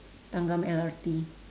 thanggam L_R_T